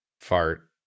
Fart